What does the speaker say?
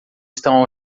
estão